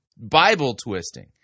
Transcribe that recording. Bible-twisting